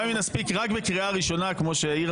וכמו שאמרה מירב בן ארי גם אם נספיק רק בקריאה ראשונה,